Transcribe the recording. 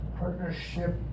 Partnership